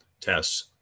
tests